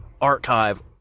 archive